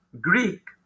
Greek